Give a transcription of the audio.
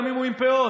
גם אם הוא עם פאות.